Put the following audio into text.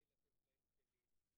בלי לתת להם כלים,